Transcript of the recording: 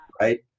right